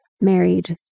married